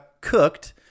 cooked